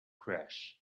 crash